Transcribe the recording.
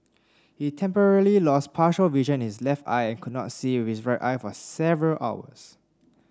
he temporarily lost partial vision is left eye and could not see with his right eye for several hours